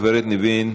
הגברת ניבין,